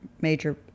major